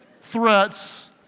threats